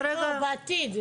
לא, בעתיד.